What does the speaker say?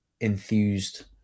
enthused